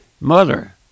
mother